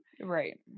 Right